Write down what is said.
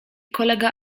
kolega